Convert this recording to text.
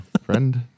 friend